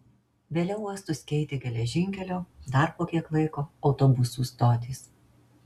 vėliau uostus keitė geležinkelio dar po kiek laiko autobusų stotys